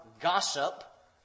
gossip